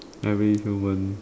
every human